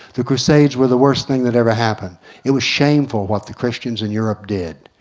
the crusades were the worst thing that ever happened it was shameful what the christians in europe did.